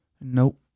Nope